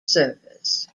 service